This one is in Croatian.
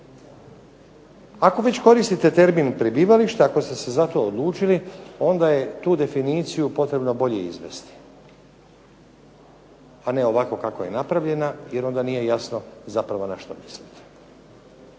Ako već koristite termin prebivalište, ako ste se za to odlučili onda je tu definiciju potrebno bolje izvesti, a ne ovako kako je napravljena, jer onda nije jasno zapravo na što mislite.